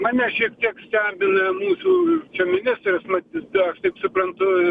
mane šiek tiek stebina mūsų čia ministras matyt aš taip suprantu